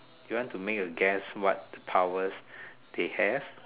you want to make a guess what power they have